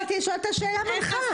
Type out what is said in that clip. רציתי לשאול אותה שאלה מנחה.